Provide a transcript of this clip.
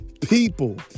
people